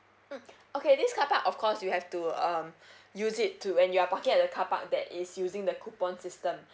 mm okay this carpark of course you have to um use it to when you're parking at the carpark that is using the coupon system